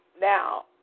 Now